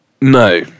no